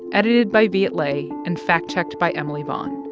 edited by viet le, and fact-checked by emily vaughn.